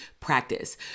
practice